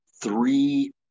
three